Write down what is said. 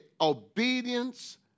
Obedience